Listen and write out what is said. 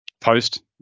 post